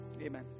Amen